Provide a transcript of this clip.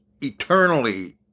eternally